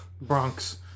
Bronx